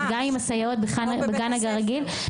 גם עם הסייעות בגן הרגיל.